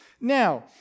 Now